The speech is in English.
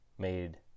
made